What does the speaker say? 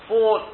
Four